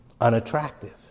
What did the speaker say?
unattractive